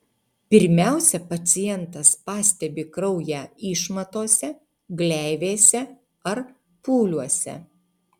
pirmiausia pacientas pastebi kraują išmatose gleivėse ar pūliuose